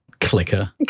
clicker